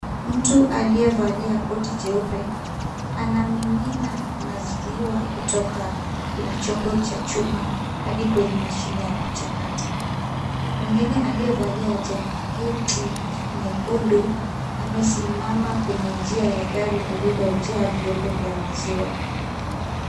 Mtu aliyevalia koti jeupe anamimina maziwa kutoka kwenye chombo cha chuma hadi kwenye mashine ya kuchakata. Mwingine aliyevalia jaketi nyekundu amesimama kwenye njia ya gari lililojaa vyombo vya maziwa.